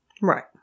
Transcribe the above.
Right